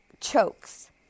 chokes